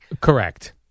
correct